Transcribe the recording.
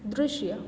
દૃશ્ય